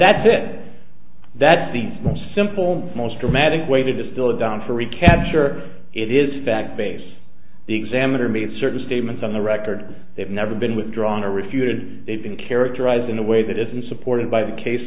that's it that's the simple most dramatic way to distill it down for recapture it is fact base the examiner made certain statements on the record they've never been withdrawn or refuted they've been characterized in a way that isn't supported by the case